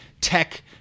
tech